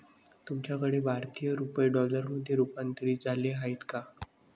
तुमच्याकडे भारतीय रुपये डॉलरमध्ये रूपांतरित झाले आहेत का?